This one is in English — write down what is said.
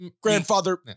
grandfather